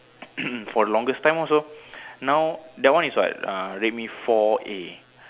for longest time also now that one is what err Redmi-four A